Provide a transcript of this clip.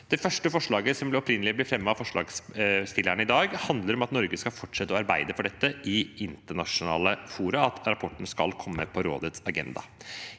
Det ene forslaget fremmet av forslagsstillerne handler om at Norge skal fortsette å arbeide for dette i internasjonale fora, og at rapporten skal komme på rådets agenda.